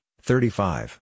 thirty-five